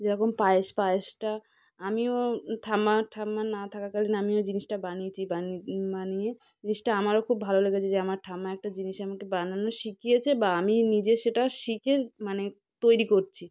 যেরকম পায়েস পায়েসটা আমিও ঠাম্মা ঠাম্মা না থাকাকালীল আমিও জিনিসটা বানিয়েছি বানিয়ে বানিয়ে জিনিসটা আমারও খুব ভালো লেগেছে যে আমার ঠাম্মা একটা জিনিস আমাকে বানানো শিখিয়েছে বা আমিও নিজে সেটা শিখে মানে তৈরি করছি